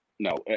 No